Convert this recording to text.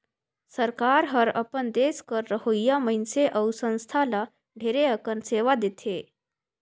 सरकार हर अपन देस कर रहोइया मइनसे अउ संस्था ल ढेरे अकन सेवा देथे